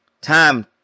time